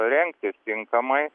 rengtis tinkamai